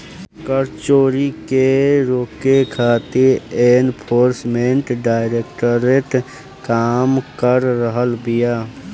कर चोरी के रोके खातिर एनफोर्समेंट डायरेक्टरेट काम कर रहल बिया